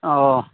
oh